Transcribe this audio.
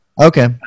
Okay